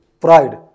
pride